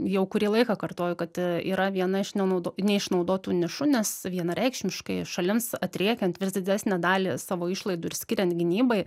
jau kurį laiką kartoju kad yra viena iš nenaudo neišnaudotų nišų nes vienareikšmiškai šalims atriekiant vis didesnę dalį savo išlaidų ir skiriant gynybai